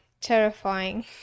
Terrifying